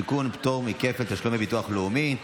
תיקון, פטור מכפל תשלומי ביטוח לאומי,